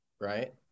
right